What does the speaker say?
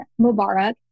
Mubarak